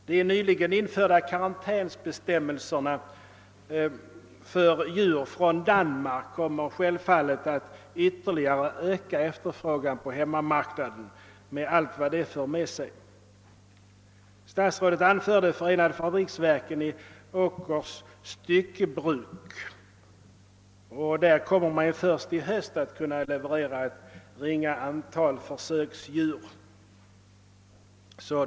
De nyligen införda karantänbestämmelserna för djur från Danmark kommer självfallet att ytterligare öka efterfrågan på hemmamarknaden. Statsrådet nämner förenade fabriksverken i Åkers styckebruk, som först i höst kommer att leverera ett ringa antal försöksdjur.